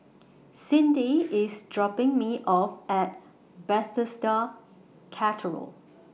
Cindi IS dropping Me off At Bethesda Cathedral